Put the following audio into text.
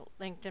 LinkedIn